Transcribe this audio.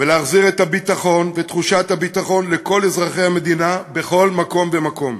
ולהחזיר את הביטחון ואת תחושת הביטחון לכל אזרחי המדינה בכל מקום ומקום.